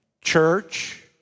church